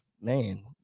man